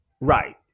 Right